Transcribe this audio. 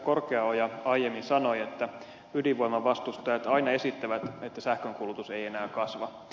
korkeaoja aiemmin sanoi että ydinvoiman vastustajat aina esittävät että sähkön kulutus ei enää kasva